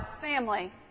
family